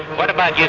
what about yeah